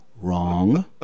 Wrong